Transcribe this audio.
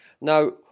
Now